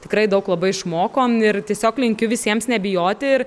tikrai daug labai išmokom ir tiesiog linkiu visiems nebijoti ir